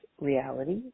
reality